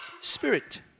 Spirit